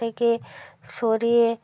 থেকে সরিয়ে